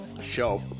show